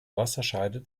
wasserscheide